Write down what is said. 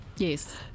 Yes